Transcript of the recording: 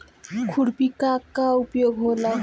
खुरपी का का उपयोग होला?